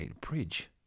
Bridge